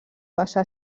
passà